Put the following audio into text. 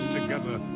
together